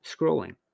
scrolling